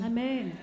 Amen